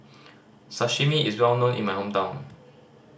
sashimi is well known in my hometown